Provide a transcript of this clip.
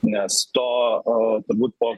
nes to turbūt po